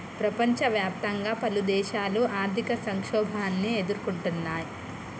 ప్రపంచవ్యాప్తంగా పలుదేశాలు ఆర్థిక సంక్షోభాన్ని ఎదుర్కొంటున్నయ్